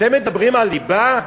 אתם מדברים על ליבה?